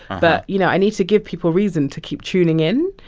but you know, i need to give people reason to keep tuning in.